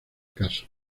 caso